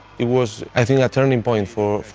it was i think a turning point for